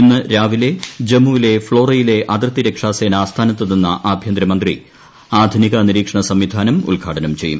ഇന്ന് രാവിലെ ജമ്മുവിലെ ഫ്ളോറയിലെ അതിർത്തിരക്ഷാ സേനാ ആസ്ഥാനത്തെത്തുന്ന ആഭ്യന്തരമന്ത്രി ആധുനിക നിരീക്ഷണ സംവിധാനം ഉദ്ഘാടനം ചെയ്യും